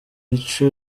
mico